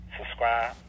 Subscribe